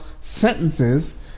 sentences